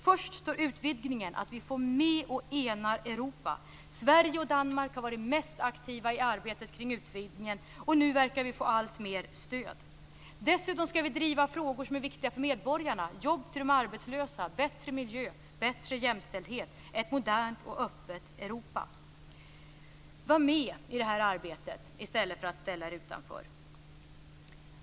Först står utvidgningen så att vi får med och enar Europa. Sverige och Danmark har varit mest aktiva i arbetet kring utvidgningen, och nu verkar vi få alltmer stöd. Dessutom skall vi driva frågor som är viktiga för medborgarna: jobb till de arbetslösa, bättre miljö, bättre jämställdhet och ett modernt och öppet Europa. Var med i det här arbetet i stället för att ställa er utanför!